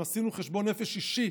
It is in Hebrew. אם עשינו חשבון נפש אישי